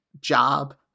job